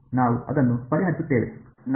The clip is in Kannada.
ನಾವು ಅದನ್ನು ಪರಿಹರಿಸುತ್ತೇವೆ ನಾವು